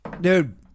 Dude